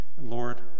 Lord